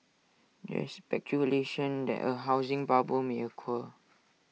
there is speculation that A housing bubble may occur